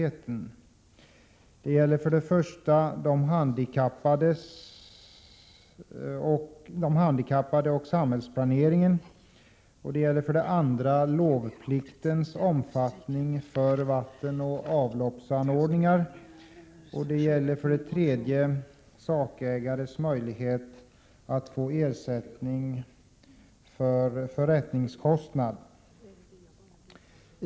Det gäller för det första de handikappades ställning i samhällsplaneringen, för det andra lovpliktens omfattning för vattenoch avloppsanordningar och för det tredje sakägares möjlighet att få ersättning för förrättningskostnader.